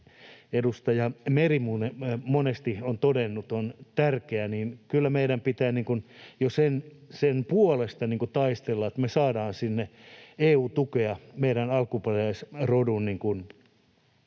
edustaja Meri monesti on todennut, se on tärkeä. Kyllä meidän pitää jo sen puolesta taistella, että me saadaan EU-tukea meidän alkuperäisrodun